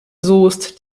soest